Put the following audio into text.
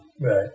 Right